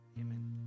Amen